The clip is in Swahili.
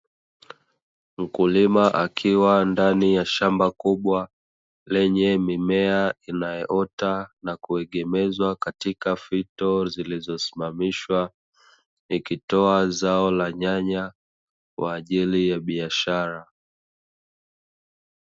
Mkulima akiwa ndani ya shamba kubwa lenye mimea inayoota na kuegemezwa katika fito zilizosimamishwa, ikitoa zao la nyanya kwa ajili ya biashara.